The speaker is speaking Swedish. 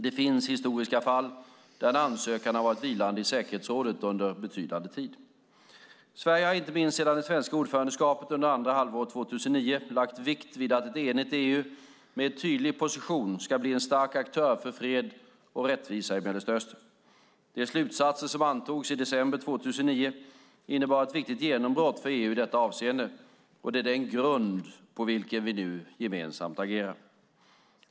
Det finns historiska fall där en ansökan har varit vilande i säkerhetsrådet under betydande tid. Sverige har inte minst sedan det svenska ordförandeskapet andra halvåret 2009 lagt vikt vid att ett enigt EU med tydlig position ska bli en stark aktör för fred och rättvisa i Mellanöstern. De slutsatser som antogs i december 2009 innebar ett viktigt genombrott för EU i detta avseende, och är den grund på vilken vi nu agerar.